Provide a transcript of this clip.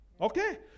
Okay